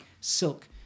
silk